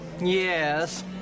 Yes